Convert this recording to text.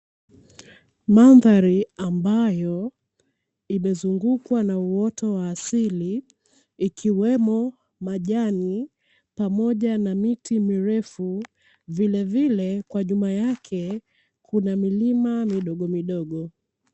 Mandhari ambayo imezungukwa na uoto wa asili ikiwemo majani pamoja na miti mirefu vilevile kwa nyuma yake kuna milima midogomidogo.